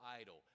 idol